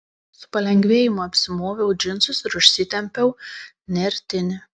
su palengvėjimu apsimoviau džinsus ir užsitempiau nertinį